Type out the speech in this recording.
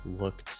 looked